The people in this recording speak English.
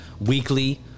Weekly